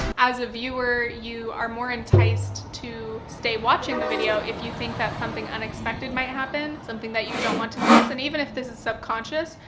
as a viewer, you are more enticed to stay watching the video, if you think that something unexpected might happen, something that you don't want to miss. and even if this is subconscious,